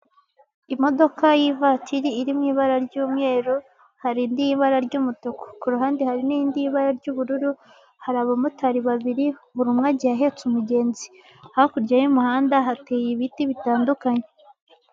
Imodoka y'ivatiri iri mu ibara ry'umweru, hari indi y'ibara ry'umutuku, ku ruhande hari n'indi iri mu bara ry'ubururu, hari abamotari babiri buri umwe agiye ahetse umugenzi, hakurya y'umuhanda hateye ibiti bitandukanye.